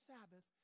Sabbath